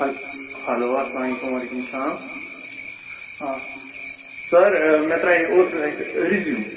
ہل ہٮ۪لو اَسلام علیکُم وعلیکُم سلام آ سَر مےٚ ترٛاے اوترٕ اَتہِ رِزیوٗم